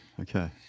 okay